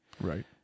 Right